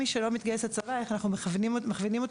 מי שלא מתגייס לצבא אנחנו מכוונים אותו